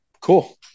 cool